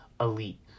elite